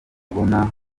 kubona